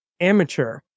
amateur